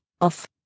off